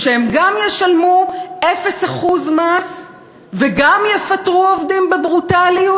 שהם גם ישלמו אפס אחוז מס וגם יפטרו עובדים בברוטליות?